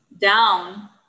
down